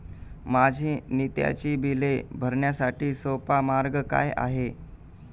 माझी नित्याची बिले भरण्यासाठी सोपा मार्ग काय आहे?